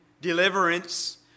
deliverance